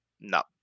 no